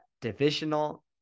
divisional